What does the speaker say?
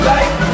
Life